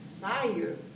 fire